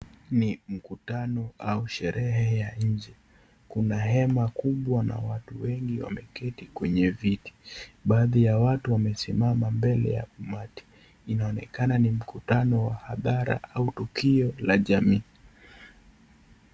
Ni mkutano au sherehe ya nje. Kuna hema kubwa na watu wengi wameketi kwenye viti. Baadhi ya watu wamesimama mbele ya umati. Inaonekana ni mkutano wa adhara au tukio la jamii.